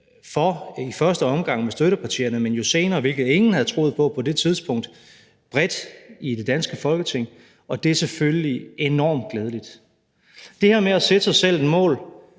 i første omgang med støttepartierne, men jo senere, hvilket ingen havde troet på på det tidspunkt, også bredt i det danske Folketing, og det er selvfølgelig enormt glædeligt. Det her med at sætte sig selv et mål,